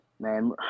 Man